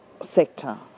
sector